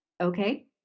okay